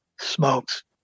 smokes